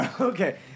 okay